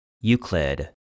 Euclid